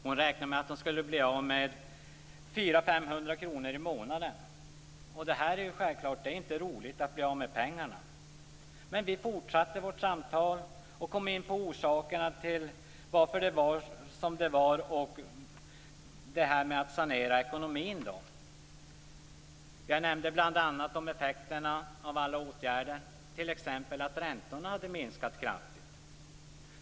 Hon räknade med att bli av med 400 500 kr i månaden. Självklart är det inte roligt att bli av med pengar. Men vi fortsatte vårt samtal och kom in på orsakerna till varför det var som det var, dvs. saneringen av ekonomin. Jag tog upp effekterna av alla åtgärder, t.ex. att räntorna hade minskat kraftigt.